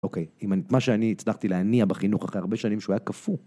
אוקיי, מה שאני הצלחתי להניע בחינוך אחרי הרבה שנים, שהוא היה קפוא